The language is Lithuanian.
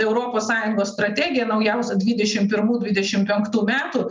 europos sąjungos strategiją naujausią dvidešim pirmų dvidešim penktų metų